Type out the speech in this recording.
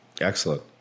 Excellent